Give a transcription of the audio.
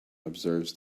observes